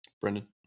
Brendan